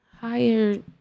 hired